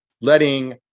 letting